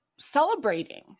Celebrating